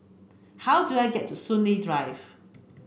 how do I get to Soon Lee Drive